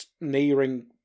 nearing